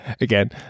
again